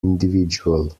individual